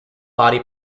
body